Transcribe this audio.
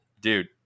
Dude